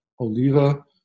Oliva